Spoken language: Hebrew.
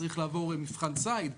צריך לעבור מבחן ציד,